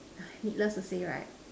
needless to say right